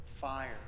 fire